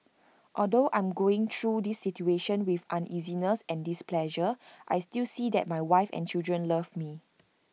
although I'm going through this situation with uneasiness and displeasure I still see that my wife and children love me